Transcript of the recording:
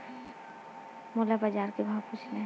मोला बजार के भाव पूछना हे?